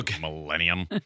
Millennium